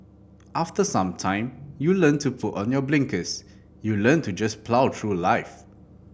after some time you learn to put on your blinkers you learn to just plough through life